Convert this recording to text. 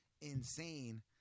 insane